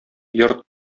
йорт